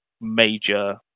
major